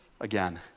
Again